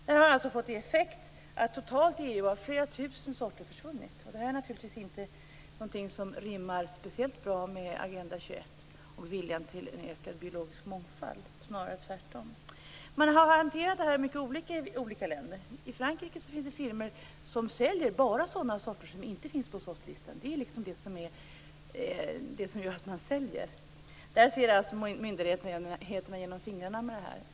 Det här har fått till effekt att totalt i EU flera tusen sorter har försvunnit, och det är naturligtvis inte något som rimmar speciellt bra med Agenda 21 och med viljan till ökad biologisk mångfald, snarare tvärtom. Man har hanterat det här mycket olika i olika länder. I Frankrike finns det firmor som säljer bara sådana sorter som inte finns på sortlistan. Det är det som gör att de säljer. Där ser alltså myndigheterna genom fingrarna med det här.